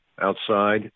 outside